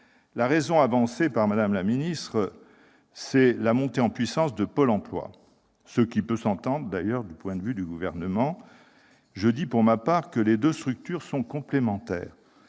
La raison avancée par Mme la ministre est la montée en puissance de Pôle emploi, ce qui peut s'entendre du point de vue du Gouvernement. Je dis, pour ma part, que les deux structures sont complémentaires.